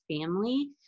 family